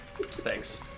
Thanks